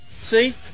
See